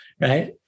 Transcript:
right